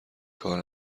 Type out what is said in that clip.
کار